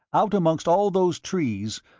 out amongst all those trees,